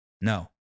No